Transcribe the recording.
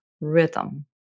rhythm